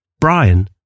Brian